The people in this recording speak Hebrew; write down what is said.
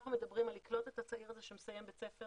אנחנו מדברים על לקלוט את הצעיר הזה שמסיים בית ספר